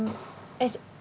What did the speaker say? as